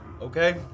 Okay